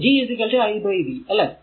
അതായതു G iv